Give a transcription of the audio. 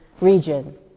region